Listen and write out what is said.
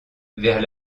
vers